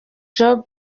job